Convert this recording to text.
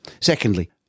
Secondly